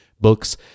books